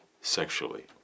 sexually